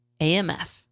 AMF